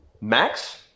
Max